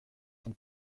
son